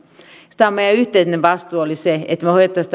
meidän yhteinen vastuu olisi se että me hoitaisimme